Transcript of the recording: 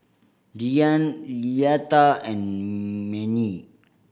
Deann Leatha and Mannie